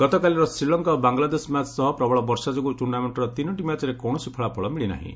ଗତକାଲିର ଶ୍ରୀଲଙ୍କା ଓ ବାଂଲାଦେଶ ମ୍ୟାଚ୍ ସହ ପ୍ରବଳ ବର୍ଷା ଯୋଗୁଁ ଟୁର୍ଣ୍ଣାମେଣ୍ଟର ତିନିଟି ମ୍ୟାଚ୍ରେ କୌଣସି ଫଳାଫଳ ମିଳି ନାହିଁ